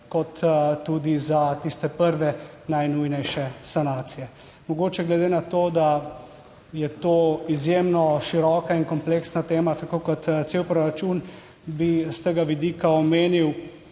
kot tudi za tiste prve najnujnejše sanacije. Mogoče glede na to, da je to izjemno široka in kompleksna tema, tako kot cel proračun, bi s tega vidika omenil